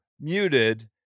muted